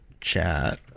chat